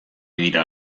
dira